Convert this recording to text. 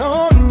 on